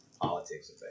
politics